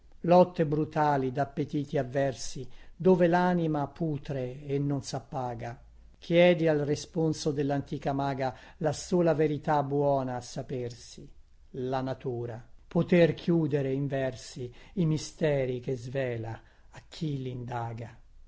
lotte brutali dappetiti avversi dove lanima putre e non sappaga chiedi al responso dellantica maga la sola verità buona a sapersi la natura poter chiudere in versi i misteri che svela a chi lindaga